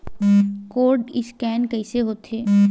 Code scan कइसे होथे?